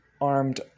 armed